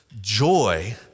Joy